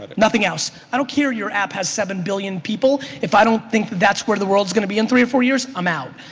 but nothing else. i don't care your app has seven billion people if i don't think that's where the world's gonna be in three to four years, i'm out.